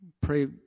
Pray